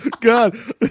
God